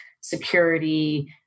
security